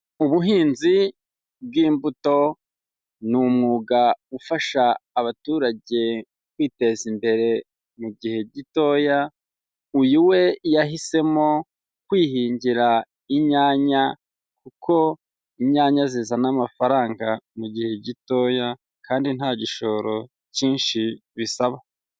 Ubuhinzi bw'imbuto ni umwuga ufasha abaturage kwiteza imbere mu gihe gitoya, uyu we yahisemo kwihingira inyanya kuko inyanya zizana amafaranga mu gihe gitoya kandi nta gishoro cyinshi bisaba.